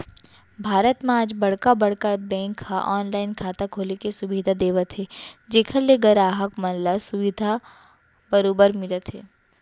भारत म आज बड़का बड़का बेंक ह ऑनलाइन खाता खोले के सुबिधा देवत हे जेखर ले गराहक मन ल सुबिधा बरोबर मिलत हे